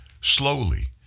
Slowly